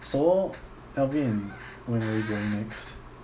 so alvin when are we going next